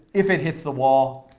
if it hits the wall,